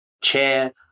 chair